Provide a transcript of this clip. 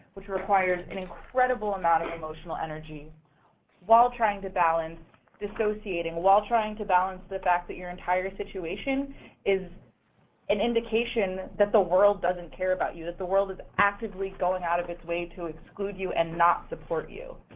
which requires an incredible amount of emotional energy while trying to balance dissociating, while trying to balance the fact that your entire situation is an indication that the world doesn't care about you, that the world is actively going out of its way to exclude you and not support you.